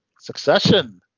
Succession